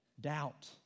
doubt